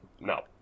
No